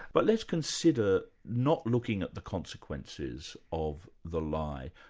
but let's consider not looking at the consequences of the lie,